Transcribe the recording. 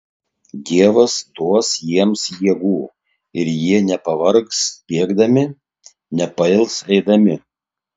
dievas duos jiems jėgų ir jie nepavargs bėgdami nepails eidami